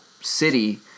city